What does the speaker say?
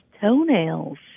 toenails